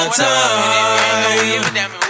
time